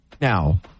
Now